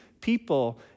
people